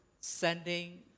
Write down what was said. sending